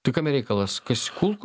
tai kame reikalas kas kulkų